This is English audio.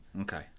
Okay